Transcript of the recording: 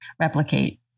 replicate